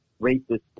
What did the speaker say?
racist